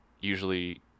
usually